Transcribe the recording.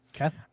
Okay